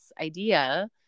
idea